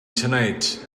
tonight